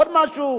עוד משהו,